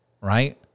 right